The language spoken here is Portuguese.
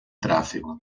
tráfego